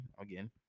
Again